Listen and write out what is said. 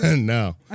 No